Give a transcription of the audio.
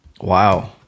Wow